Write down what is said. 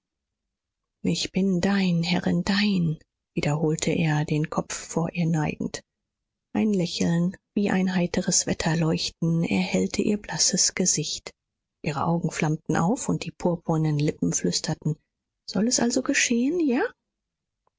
ich bin dein herrin dein wiederholte er den kopf vor ihr neigend ein lächeln wie ein heiteres wetterleuchten erhellte ihr blasses gesicht ihre augen flammten auf und die purpurnen lippen flüsterten soll es also geschehen ja